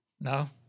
No